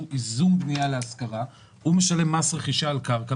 הוא ייזום בנייה להשכרה הוא משלם מס רכישה על קרקע,